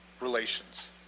relations